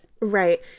Right